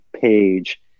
page